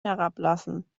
herablassen